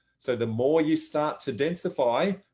so the more you start to densify,